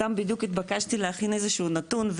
סתם בדיוק התבקשתי להכין איזשהו נתון,